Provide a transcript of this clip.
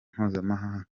mpuzamahanga